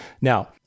Now